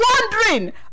wondering